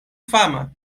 fama